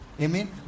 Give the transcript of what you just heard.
Amen